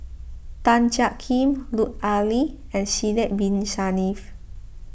Tan Jiak Kim Lut Ali and Sidek Bin Saniff